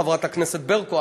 חברת הכנסת ברקו.